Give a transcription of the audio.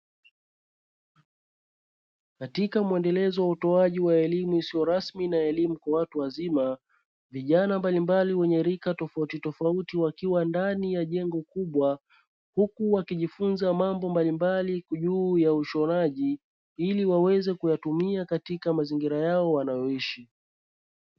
Katika muendelezo wa utoaji wa elimu isio rasmi na elimu kwa watu wazima, vijana mbalimbali wenye rika tofauti tofauti wakiwa ndani ya jengo kubwa huku wakijifunza mambo mbalimbali juu ya ushonaji ili waweze kuyatumia katika mazingira yao wanayoishi.